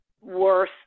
worth